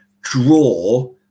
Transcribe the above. draw